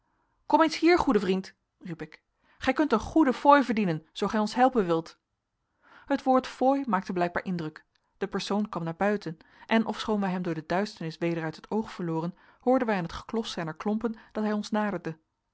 kom eens hier goede vriend riep ik gij kunt een goede fooi verdienen zoo gij ons helpen wilt het woord fooi maakte blijkbaar indruk de persoon kwam naar buiten en ofschoon wij hem door de duisternis weder uit het oog verloren hoorden wij aan het geklos zijner klompen dat hij ons naderde